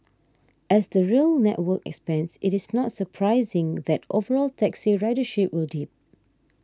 as the rail network expands it is not surprising that overall taxi ridership will dip